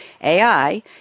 AI